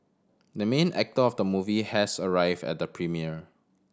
the main actor of the movie has arrived at the premiere